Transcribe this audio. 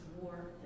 war